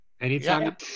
Anytime